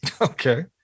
Okay